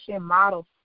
model